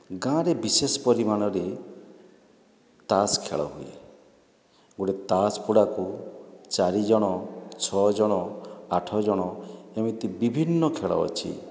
ଗାଁରେ ବିଶେଷ ପରିମାଣରେ ତାସ୍ ଖେଳ ହୁଏ ଗୋଟିଏ ତାସ୍ ପୁଡ଼ାକୁ ଚାରି ଜଣ ଛଅ ଜଣ ଆଠ ଜଣ ଏମିତି ବିଭିନ୍ନ ଖେଳ ଅଛି